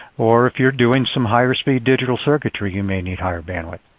or if you are doing some higher speed digital circuitry, you may need higher bandwidth.